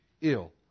ill